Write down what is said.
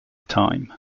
time